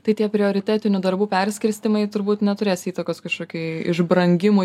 tai tie prioritetinių darbų perskirstymai turbūt neturės įtakos kažkokiai išbrangimui